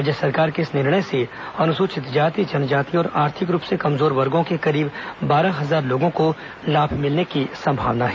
राज्य सरकार के इस निर्णय से अनुसूचित जाति जनजाति और आर्थिक रूप से कमजोर वर्गो के करीब बारह हजार लोगों को लाभ मिलने की संभावना है